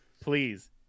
Please